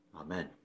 Amen